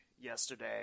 yesterday